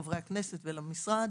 חברי הכנסת והמשרד.